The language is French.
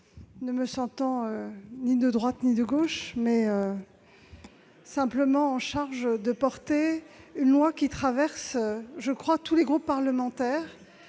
en ne me sentant ni de droite ni de gauche, mais simplement chargée de porter une loi qui traverse, me semble-t-il, tous les groupes parlementaires.